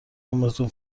عمرتون